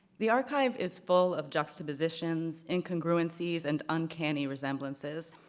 the archive is full of juxtapositions, incongruities, and uncanny resemblances.